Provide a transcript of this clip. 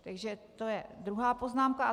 Takže to je druhá poznámka.